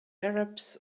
arabs